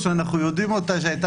כן.